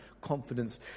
confidence